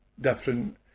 different